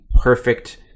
perfect